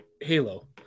Halo